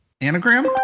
Anagram